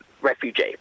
refugee